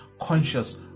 conscious